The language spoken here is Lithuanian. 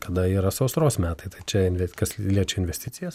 kada yra sausros metai tai čia net kas liečia investicijas